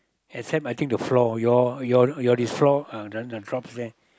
except I think the floor your your your this floor uh the the drops there